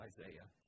Isaiah